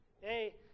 Hey